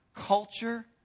Culture